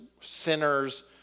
sinners